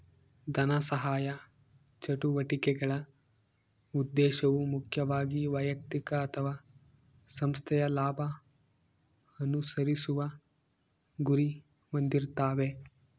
ಧನಸಹಾಯ ಚಟುವಟಿಕೆಗಳ ಉದ್ದೇಶವು ಮುಖ್ಯವಾಗಿ ವೈಯಕ್ತಿಕ ಅಥವಾ ಸಂಸ್ಥೆಯ ಲಾಭ ಅನುಸರಿಸುವ ಗುರಿ ಹೊಂದಿರ್ತಾವೆ